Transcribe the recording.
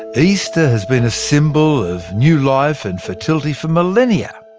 easter has been a symbol of new life and fertility for millennia.